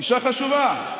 אישה חשובה.